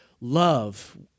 Love